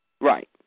right